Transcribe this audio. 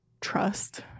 trust